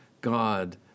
God